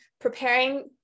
preparing